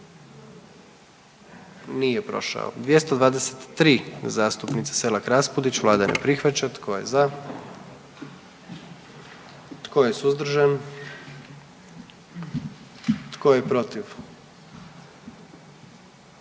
44. Kluba zastupnika SDP-a, vlada ne prihvaća. Tko je za? Tko je suzdržan? Tko je protiv?